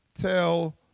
tell